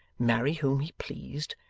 marry whom he pleased!